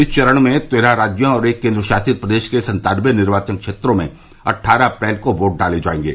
इस चरण में तेरह राज्यों और एक केन्द्र शासित प्रदेश के सन्तानबे निर्वाचन क्षेत्रों में अट्ठारह अप्रैल को वोट डाले जाएंगे